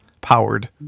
powered